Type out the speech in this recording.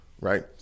right